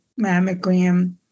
mammogram